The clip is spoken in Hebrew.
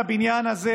בבניין הזה,